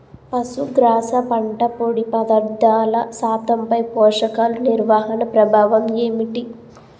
పశుగ్రాస పంట పొడి పదార్థాల శాతంపై పోషకాలు నిర్వహణ ప్రభావం ఏమిటి?